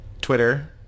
twitter